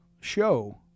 show